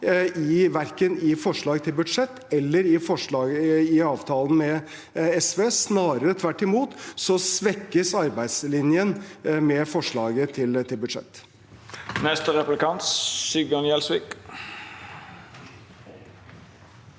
verken i forslag til budsjett eller i avtalen med SV. Snarere tvert imot svekkes arbeidslinjen med forslaget til budsjett. Sigbjørn Gjelsvik